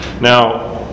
Now